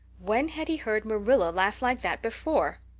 when had he heard marilla laugh like that before?